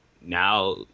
now